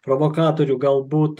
provokatorių galbūt